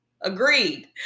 Agreed